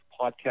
podcast